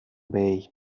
bay